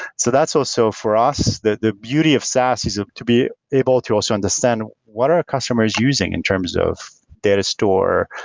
so that's also, for us, the the beauty of sass is ah to be able to also understand what are our customers using in terms of data store,